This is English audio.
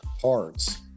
parts